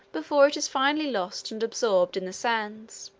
before it is finally lost and absorbed in the sands.